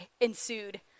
ensued